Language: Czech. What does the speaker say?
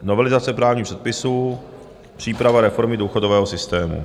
Novelizace právních předpisů, příprava reformy důchodového systému.